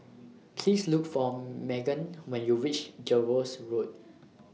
Please Look For Magan when YOU REACH Jervois Road